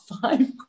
five